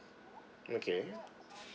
okay